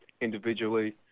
Individually